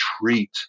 treat